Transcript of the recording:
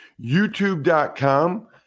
YouTube.com